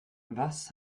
was